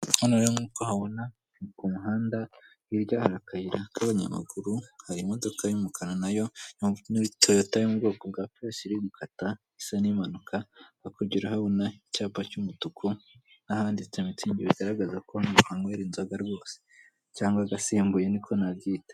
Hano rero nk'uko uhabona ni ku muhanda, hirya hari akayira k'abanyamaguru, hari imodoka y'umukara na yo ya Toyota, yo mu bwoko bwa polisi iri gukata, isa n'imanuka. Hakurya turahabona icyapa cy'umutuku n'ahanditse mitsingi, bigaragaza ko bahanywera inzoga rwose cyangwa agasembuye, ni ko nabyita.